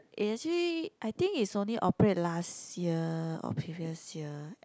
eh actually I think it's only operate last year or previous year